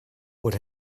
what